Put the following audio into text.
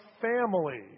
family